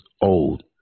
old